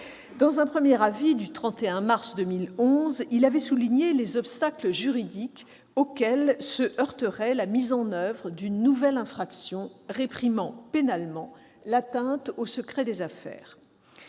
Dans un premier avis, daté du 31 mars 2011, il avait souligné les obstacles juridiques auxquels se heurterait la mise en oeuvre d'une nouvelle infraction réprimant pénalement l'atteinte au secret des affaires.